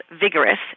vigorous